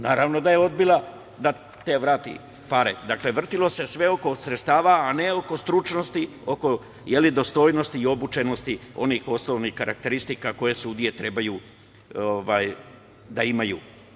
Naravno da je odbila da vrati te pare, jer vrtelo se sve oko sredstava, a ne oko stručnosti, dostojnosti i obučenosti onih osnovnih karakteristika koje sudije treba da imaju.